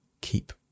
keep